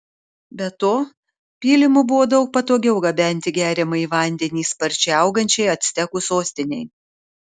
be to pylimu buvo daug patogiau gabenti geriamąjį vandenį sparčiai augančiai actekų sostinei